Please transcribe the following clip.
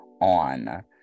on